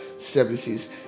services